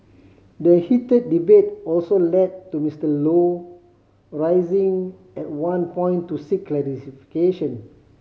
the heated debate also led to Mister Low rising at one point to seek